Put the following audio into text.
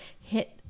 hit